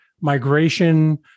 migration